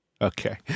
Okay